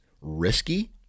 risky